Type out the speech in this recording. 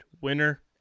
winner